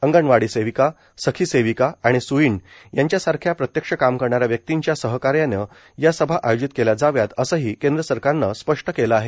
अंगणवाडी सेविका सखी सेविका आणि सूईण यांच्यासारख्या प्रत्यक्ष काम करणाऱ्या व्यक्तींच्या सहकार्यानं या सभा आयोजित केल्या जाव्यात असंही केंद्र सरकारनं स्पष्ट केलं आहे